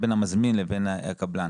בין המזמין לבין הקבלן.